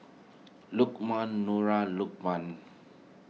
Lokman Nura Lukman